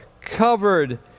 covered